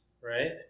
right